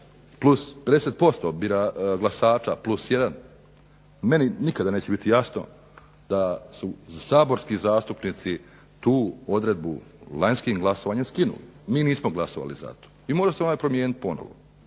plus 50% glasača plus jedan, meni nikada neće biti jasno da su saborski zastupnici tu odredbu lanjskim glasovanjem skinuli. Mi nismo glasovali za to. Može se ona promijeniti ponovno.